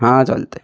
हां चालतं आहे